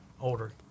older